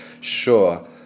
sure